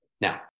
Now